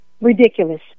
Ridiculous